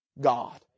God